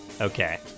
Okay